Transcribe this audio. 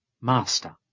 Master